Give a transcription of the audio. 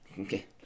okay